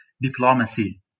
diplomacy